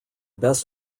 best